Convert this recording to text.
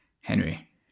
Henry